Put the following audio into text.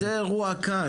זה אירוע קל.